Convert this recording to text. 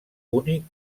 únic